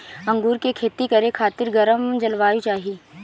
अंगूर के खेती करे खातिर गरम जलवायु चाही